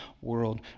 world